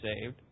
saved